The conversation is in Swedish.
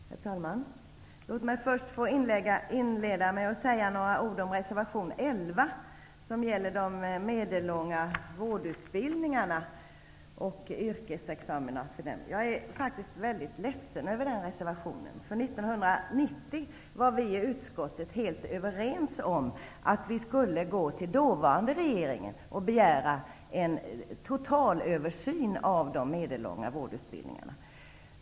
Herr talman! Låt mig först få inleda med att säga några ord om reservation 11, som gäller de medellånga vårdutbildningarna och yrkesexamina för dem. Jag är faktiskt mycket ledsen över denna reservation. Hösten 1990 var vi i utskottet nämligen helt överens om att vi skulle gå till den dåvarande regeringen och begära en totalöversyn av de medellånga vårdutbildningarna.